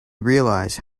realize